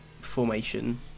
formation